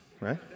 right